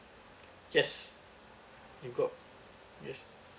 yes you got yes